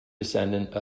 descendant